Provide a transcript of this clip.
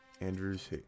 Andrews